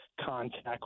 contact